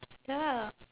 ya